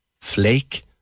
flake